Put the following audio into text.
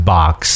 Box